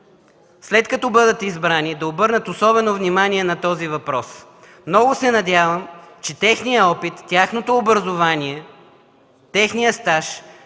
след като бъдат избрани, да обърнат особено внимание на този въпрос. Много се надявам, че техният опит, тяхното образование, техният стаж